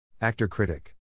Actor-critic